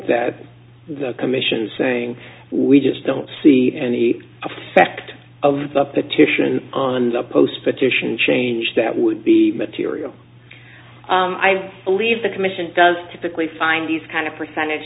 that the commission's saying we just don't see the effect of the petition on the post petition change that would be material i believe the commission does typically find these kind of percentage